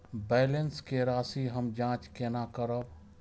Balance के राशि हम जाँच केना करब?